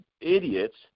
idiots